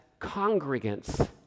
congregants